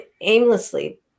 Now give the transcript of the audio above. aimlessly